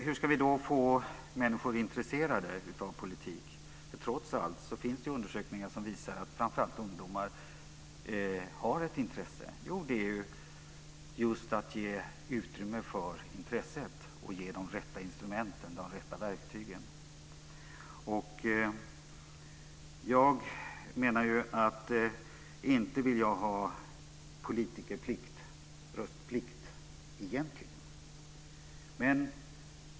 Hur ska vi få människor intresserade av politik? Det finns trots allt undersökningar som visar att framför allt ungdomar har ett intresse. Det handlar om att just ge utrymme för intresset, de rätta instrumenten och de rätta verktygen. Jag vill egentligen inte ha politikerplikt eller röstplikt.